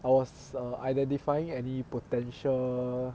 I was err identifying any potential